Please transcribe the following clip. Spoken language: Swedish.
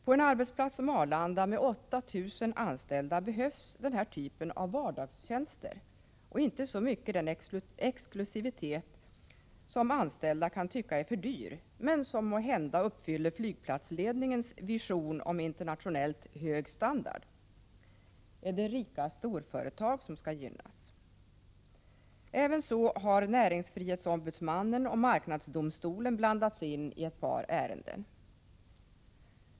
På en arbetsplats som Arlanda med 8 000 anställda behövs den här typen av vardagstjänster och inte så mycket den exklusivitet som anställda kan tycka är för dyr men som måhända uppfyller flygplatsledningens vision om internationellt hög standard. Är det rika storföretag som skall gynnas? Även så har näringsfrihetsombudsmannen och marknadsdomstolen blandats in i ett par ärenden.